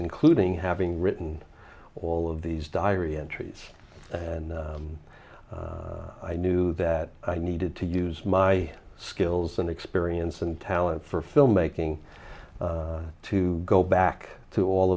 including having written all of these diary entries and i knew that i needed to use my skills and experience and talent for filmmaking to go back to all